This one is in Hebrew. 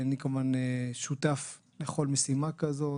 אני כמובן שותף לכל משימה כזאת,